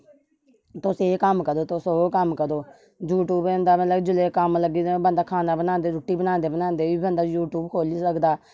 तुस एह् कम्म करो तुस ओह् कम्म करो यूट्यूब केह् होंदा मतलब कि जिसले कम्म लग्गे दा होऐ बंदा खाना बनांदे रोटी बनांदे बी बंदा यूट्यूब खोह्ली सकदा